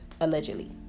Allegedly